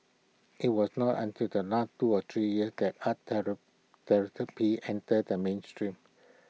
IT was not until the last two to three years that art therapy entered the mainstream